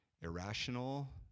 irrational